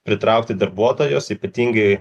pritraukti darbuotojus ypatingai